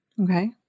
okay